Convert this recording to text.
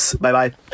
Bye-bye